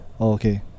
Okay